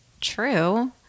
true